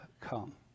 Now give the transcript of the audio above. come